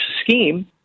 scheme